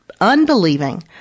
Unbelieving